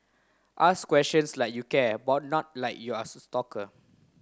ask questions like you care but not like you're a stalker